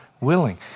willing